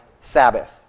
Sabbath